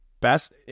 best